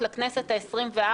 אנחנו עדיין בכנסת העשרים-ושלוש.